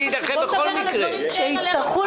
של יעקב מרגי ועודד פורר.